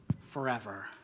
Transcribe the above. forever